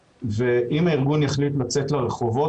ואם הארגון יחליט לצאת לרחובות,